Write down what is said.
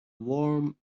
warm